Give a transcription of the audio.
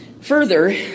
Further